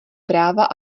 práva